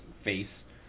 face